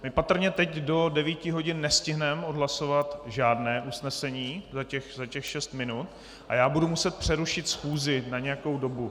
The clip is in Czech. My patrně do devíti hodin nestihneme odhlasovat žádné usnesení, za těch šest minut, a já budu muset přerušit schůzi na nějakou dobu.